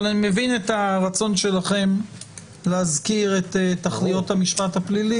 אבל אני מבין את הרצון שלכם להזכיר את תכליות המשפט הפלילי.